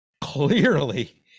clearly